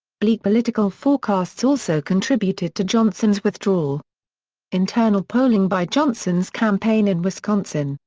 bleak political forecasts also contributed to johnson's withdrawal internal polling by johnson's campaign in wisconsin,